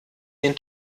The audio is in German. den